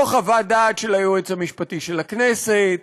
לא חוות הדעת של היועץ המשפטי של הכנסת,